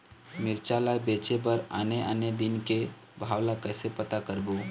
मिरचा ला बेचे बर आने आने दिन के भाव ला कइसे पता करबो?